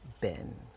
Ben